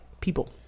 people